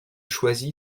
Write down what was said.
choisi